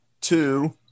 two